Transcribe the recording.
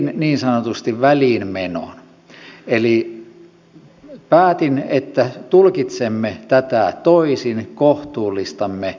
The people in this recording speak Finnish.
tein niin sanotusti väliinmenon eli päätin että tulkitsemme tätä toisin kohtuullistamme